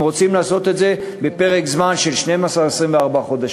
אם רוצים לעשות את זה בפרק זמן של 12 24 חודשים.